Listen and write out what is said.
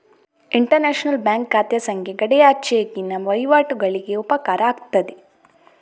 inter national bank ಖಾತೆ ಸಂಖ್ಯೆ ಗಡಿಯಾಚೆಗಿನ ವಹಿವಾಟುಗಳಿಗೆ ಉಪಕಾರ ಆಗ್ತದೆ